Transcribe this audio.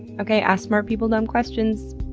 okay, ask smart people dumb questions.